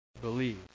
believe